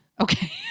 Okay